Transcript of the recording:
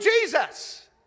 Jesus